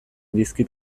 dizkit